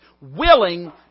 willing